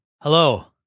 Hello